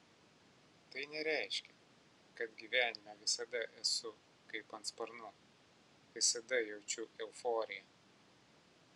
tai nereiškia kad gyvenime visada esu kaip ant sparnų visada jaučiu euforiją